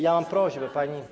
Ja mam prośbę, pani.